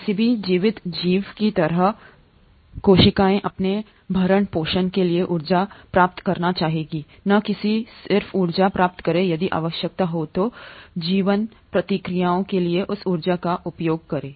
किसी भी जीवित जीव की तरह कोशिकाएं अपने भरण पोषण के लिए ऊर्जा प्राप्त करना चाहेंगी न कि सिर्फ ऊर्जा प्राप्त करें यदि आवश्यकता हो तो जीवन प्रक्रियाओं के लिए उस ऊर्जा का उपयोग करें